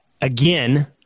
again